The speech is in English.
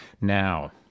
Now